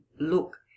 look